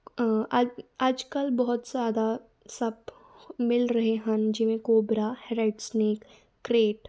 ਅੱਜ ਅੱਜ ਕੱਲ੍ਹ ਬਹੁਤ ਜ਼ਿਆਦਾ ਸੱਪ ਮਿਲ ਰਹੇ ਹਨ ਜਿਵੇਂ ਕੋਬਰਾ ਰੈਡ ਸਨੇਕ ਕਰੇਟ